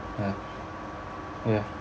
uh ya